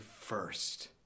first